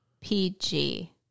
PG